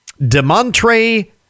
Demontre